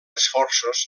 esforços